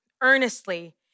earnestly